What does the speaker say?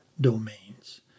domains